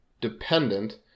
dependent